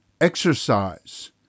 Exercise